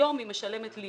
היום היא משלמת לי